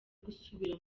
gusubira